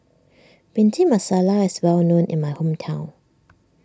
Bhindi Masala is well known in my hometown